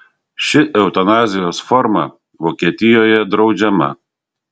ši eutanazijos forma vokietijoje draudžiama